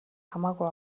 хамаагүй